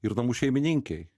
ir namų šeimininkei